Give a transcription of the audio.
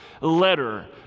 letter